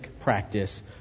practice